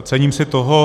Cením si toho.